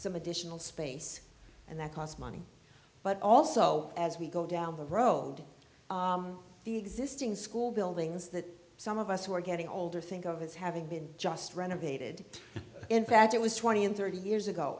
some additional space and that costs money but also as we go down the road the existing school buildings that some of us who are getting older think of as having been just renovated in fact it was twenty and thirty years ago